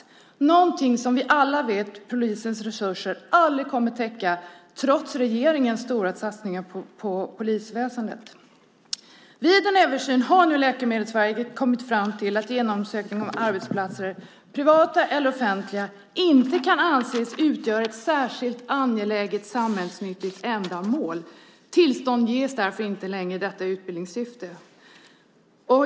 Det är någonting som vi alla vet att polisens resurser aldrig kommer att täcka trots regeringens stora satsningar på polisväsendet. Vid en översyn har nu Läkemedelsverket kommit fram till att genomsökning av arbetsplatser, privata eller offentliga, inte kan anses utgöra ett särskilt angeläget samhällsnyttigt ändamål. Tillstånd ges därför inte längre i detta utbildningssyfte.